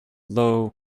low